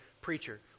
preacher